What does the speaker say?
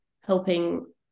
helping